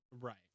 Right